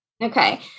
Okay